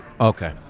Okay